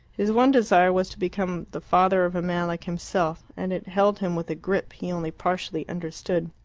his one desire was to become the father of a man like himself, and it held him with a grip he only partially understood,